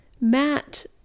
matt